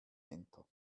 enter